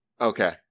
Okay